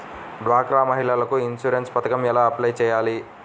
డ్వాక్రా మహిళలకు ఇన్సూరెన్స్ పథకం ఎలా అప్లై చెయ్యాలి?